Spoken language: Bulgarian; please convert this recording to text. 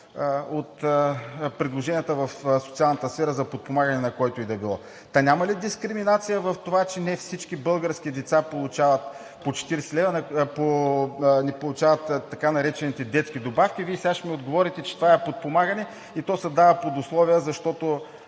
от предложенията в социалната сфера за подпомагане на който и да било. Та няма ли дискриминация в това, че не всички български деца получават по 40 лв., не получават така наречените детски добавки? Вие сега ще ми отговорите, че това е подпомагане и то се дава под условие, защото